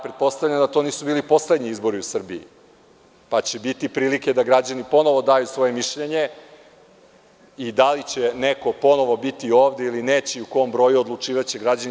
Pretpostavljam da to nisu bili poslednji izbori u Srbiji, pa će biti prilike da građani ponovo daju svoje mišljenje i da li će neko ponovo biti ovde ili neće, u kom broju, odlučivaće građani.